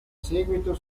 seguito